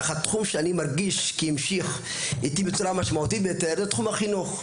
אך התחום שאני מרגיש שהמשיך איתי בצורה משמעותית ביותר זה תחום החינוך.